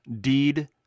Deed